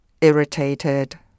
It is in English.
irritated